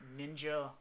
Ninja